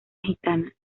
gitana